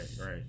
right